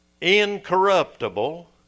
incorruptible